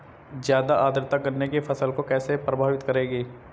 ज़्यादा आर्द्रता गन्ने की फसल को कैसे प्रभावित करेगी?